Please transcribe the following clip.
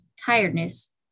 tiredness